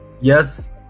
yes